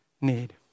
need